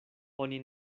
oni